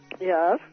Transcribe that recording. Yes